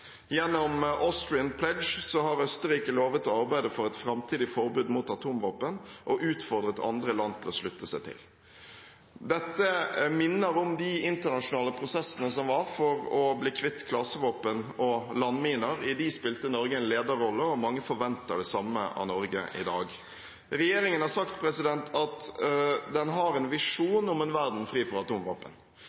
Gjennom Austrian Pledge har Østerrike lovet å arbeide for et framtidig forbud mot atomvåpen og utfordret andre land til å slutte seg til. Dette minner om de internasjonale prosessene som var for å bli kvitt klasevåpen og landminer. I de prosessene hadde Norge en lederrolle, og mange forventer det samme av Norge i dag. Regjeringen har sagt at den har en visjon om en verden fri